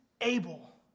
able